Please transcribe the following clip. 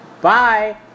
bye